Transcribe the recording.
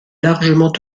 largement